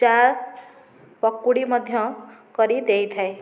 ଚା ପକୁଡ଼ି ମଧ୍ୟ କରି ଦେଇଥାଏ